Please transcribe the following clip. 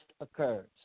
occurs